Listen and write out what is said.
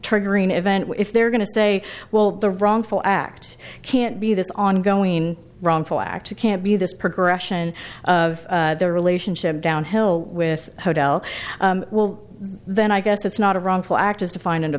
triggering event if they're going to say well the wrongful act can't be this ongoing wrongful act can't be this progression of their relationship downhill with hotel will then i guess it's not a wrongful act is to find a